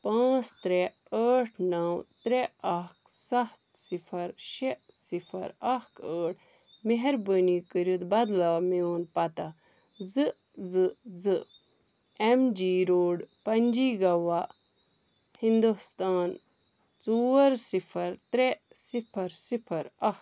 پانٛژھ ترٛےٚ ٲٹھ نَو ترٛےٚ اکھ ستھ صفر شےٚ صفر اکھ ٲٹھ مہربٲنی کٔرتھ بدلاو میٛون پتہ زٕ زٕ زٕ M G road Panaji Goa Hindustan ژور صفر ترٛےٚ صفر صفر اکھ